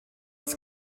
das